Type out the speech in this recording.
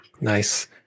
Nice